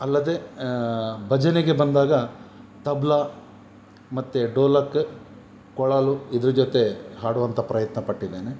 ಅಲ್ಲದೆ ಭಜನೆಗೆ ಬಂದಾಗ ತಬಲ ಮತ್ತೆ ಡೋಲಕ್ ಕೊಳಲು ಇದ್ರ ಜೊತೆ ಹಾಡುವಂಥ ಪ್ರಯತ್ನ ಪಟ್ಟಿದ್ದೇನೆ